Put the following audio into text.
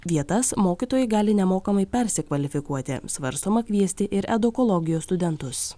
vietas mokytojai gali nemokamai persikvalifikuoti svarstoma kviesti ir edukologijos studentus